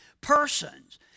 persons